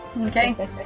Okay